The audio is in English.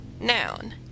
Noun